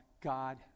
God